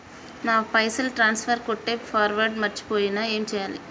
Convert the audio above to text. నా పైసల్ ట్రాన్స్ఫర్ కొట్టే పాస్వర్డ్ మర్చిపోయిన ఏం చేయాలి?